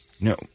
no